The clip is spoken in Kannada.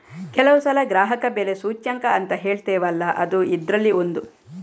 ಕೆಲವು ಸಲ ಗ್ರಾಹಕ ಬೆಲೆ ಸೂಚ್ಯಂಕ ಅಂತ ಹೇಳ್ತೇವಲ್ಲ ಅದೂ ಇದ್ರಲ್ಲಿ ಒಂದು